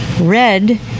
red